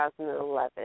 2011